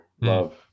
Love